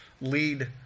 lead